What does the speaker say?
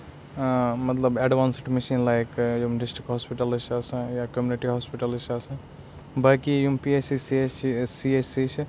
مطلب ایڈوانسٕڈ مِشیٖنہٕ لایک یِم ڈِسٹرک ہاسپِٹلز چھِ آسان یا کٔمنِٹی ہاسپِٹَلٕز چھِ آسان باقٕے یِم P H C C S C H C چھِ